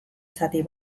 zati